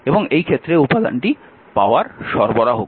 এবং এই ক্ষেত্রে উপাদানটি পাওয়ার সরবরাহ করছে